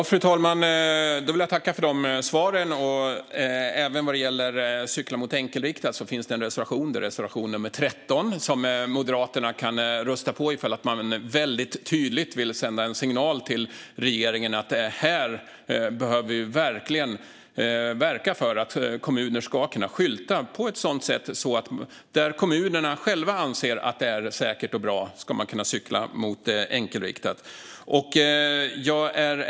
Fru talman! Jag vill tacka för svaren. Även vad gäller att cykla mot enkelriktat finns det en reservation - reservation 13 - som Moderaterna kan rösta på om man väldigt tydligt vill sända en signal till regeringen om att vi verkligen behöver verka för att kommuner ska kunna skylta på ett sådant sätt att cyklister ska kunna cykla mot enkelriktat där kommunerna själva anser att det är säkert och bra.